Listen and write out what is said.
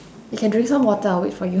you can drink some water I'll wait for you